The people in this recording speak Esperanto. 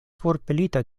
forpelita